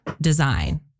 design